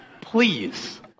Please